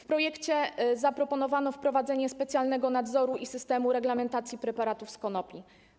W projekcie zaproponowano wprowadzenie specjalnego nadzoru i systemu reglamentacji preparatów z konopi.